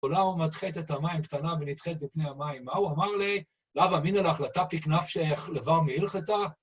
עולה ומדחית את המים קטנה ונדחית בפני המים. מה הוא אמר לי? לה ומי נלך להחלטה פקנף שחלבה מהלכתה?